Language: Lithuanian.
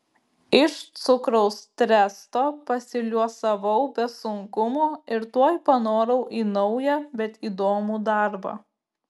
iš cukraus tresto pasiliuosavau be sunkumų ir tuoj panorau į naują bet įdomų darbą